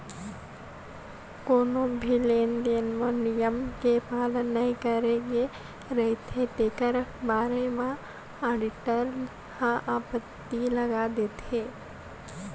कोनो भी लेन देन म नियम के पालन नइ करे गे रहिथे तेखर बारे म आडिटर ह आपत्ति लगा देथे